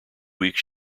weeks